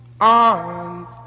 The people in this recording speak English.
arms